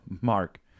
Mark